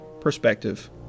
Perspective